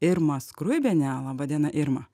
irmą skruibienę laba diena irma